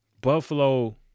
Buffalo